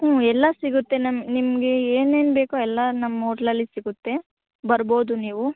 ಹ್ಞೂ ಎಲ್ಲ ಸಿಗುತ್ತೆ ನಮ್ಮ ನಿಮಗೆ ಏನು ಏನು ಬೇಕೋ ಎಲ್ಲ ನಮ್ಮ ಹೋಟ್ಲಲ್ಲಿ ಸಿಗುತ್ತೆ ಬರ್ಬೋದು ನೀವು